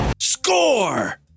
Score